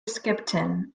skipton